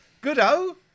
Good-o